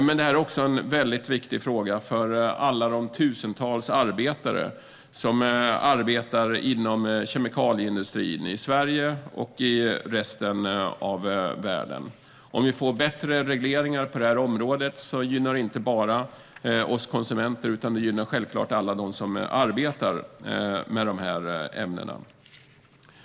Detta är också en viktig fråga för de tusentals arbetare som jobbar inom kemikalieindustrin i Sverige och i resten av världen. Om vi får bättre regleringar på detta område gynnar det inte bara oss konsumenter, utan det gynnar självfallet också alla som arbetar med dessa ämnen.